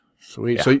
sweet